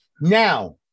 Now